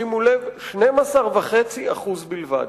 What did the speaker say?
שימו לב: 12.5% בלבד.